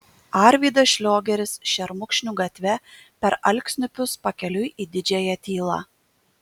arvydas šliogeris šermukšnių gatve per alksniupius pakeliui į didžiąją tylą